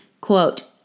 quote